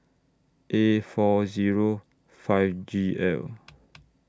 A four Zero five G L